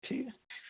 ঠিক আছে